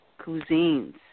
cuisines